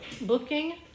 booking